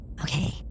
Okay